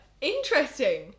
interesting